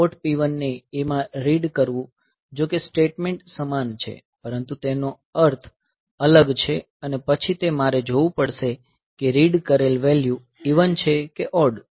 port P1 ને A માં read કરવું જોકે સ્ટેટમેંટ સમાન છે પરંતુ તેઓનો અર્થ અલગ છે અને પછી તે મારે જોવું પડશે કે રીડ કરેલ વેલ્યુ ઇવન છે કે ઓડ